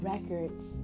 Records